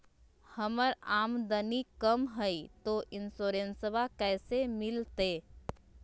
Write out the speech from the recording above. हमर आमदनी कम हय, तो इंसोरेंसबा कैसे मिलते?